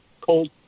cold